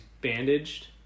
bandaged